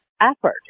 effort